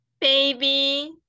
Baby